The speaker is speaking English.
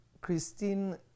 Christine